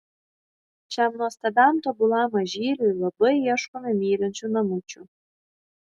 šiam nuostabiam tobulam mažyliui labai ieškome mylinčių namučių